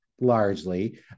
largely